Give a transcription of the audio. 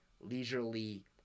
leisurely